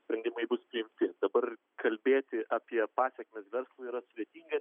sprendimai bus priimti dabar kalbėti apie pasėkmes verslui yra sudėtinga